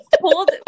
Hold